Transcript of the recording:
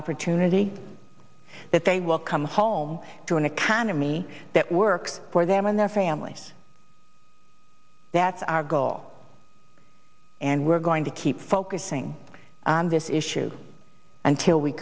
opportunity that they will come to an economy that works for them and their family that's our goal and we're going to keep focusing on this issue until we